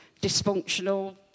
dysfunctional